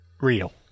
real